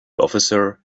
officer